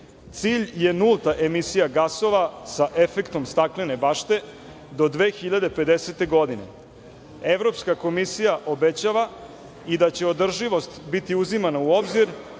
Cilj je nulta emisija gasova sa efektom staklene bašte do 2050. godine. Evropska komisija obećava i da će održivost biti uzimana u obzir